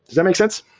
that make sense?